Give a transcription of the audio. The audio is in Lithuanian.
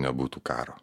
nebūtų karo